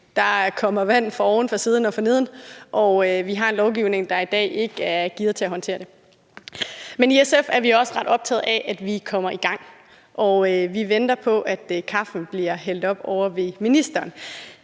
Der kommer vand fra oven, fra siden og forneden, og vi har en lovgivning, der i dag ikke er gearet til at håndtere det. Men i SF er vi også ret optaget af, at vi kommer i gang, og vi venter på, at kaffen bliver hældt op ovre hos ministeren